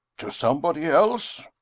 to somebody else?